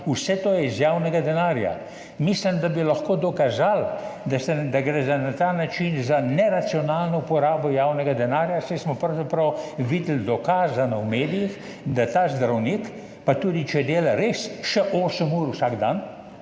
vse to je iz javnega denarja. Mislim, da bi lahko dokazali, da gre na ta način za neracionalno porabo javnega denarja, saj smo pravzaprav videli dokazano v medijih, da ta zdravnik, pa tudi če dela res še osem ur vsak dan,